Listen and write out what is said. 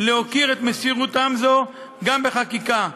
להוקיר את מסירותם זו גם בחקיקה,